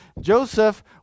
Joseph